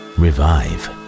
revive